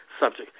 subject